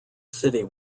city